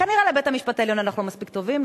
כנראה לבית-המשפט העליון אנחנו לא מספיק טובים.